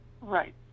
Right